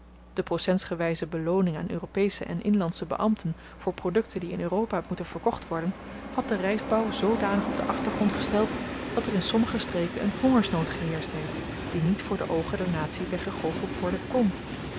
de procentsgewyze belooning aan europesche en inlandsche beambten voor produkten die in europa moeten verkocht worden had den rystbouw zoodanig op den achtergrond gesteld dat er in sommige streken een hongersnood geheerscht heeft die niet voor de oogen der natie weggegoocheld worden kn